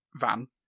van